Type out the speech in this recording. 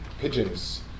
pigeons